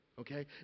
okay